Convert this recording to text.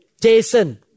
Jason